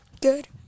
Good